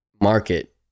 market